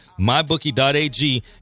mybookie.ag